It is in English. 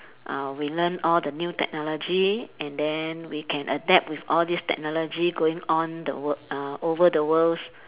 uh we learn all the new technology and then we can adapt with all this technology going on the world uh over the worlds